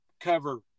cover